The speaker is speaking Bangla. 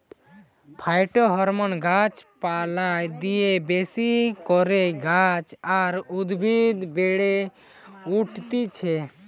ফাইটোহরমোন গাছ পালায় দিলা বেশি কইরা গাছ আর উদ্ভিদ বেড়ে উঠতিছে